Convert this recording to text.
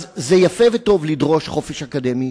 אז זה יפה וטוב לדרוש חופש אקדמי,